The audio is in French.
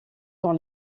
dans